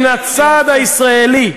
מן הצד הישראלי.